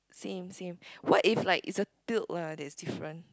same same what if like it's a tilt lah that is different